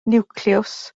niwclews